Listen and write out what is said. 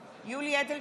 (קוראת בשמות חברי הכנסת) יולי יואל אדלשטיין,